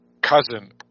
cousin